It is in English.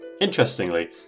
Interestingly